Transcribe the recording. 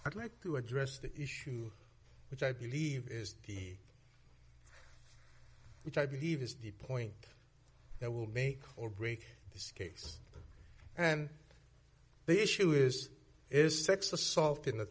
i'd like to address the issue which i believe is the which i believe is the point that will me or break this case and the issue is is sex assault in the